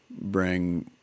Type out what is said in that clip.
bring